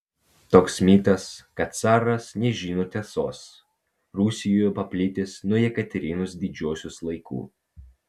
toks mitas kad caras nežino tiesos rusijoje paplitęs nuo jekaterinos didžiosios laikų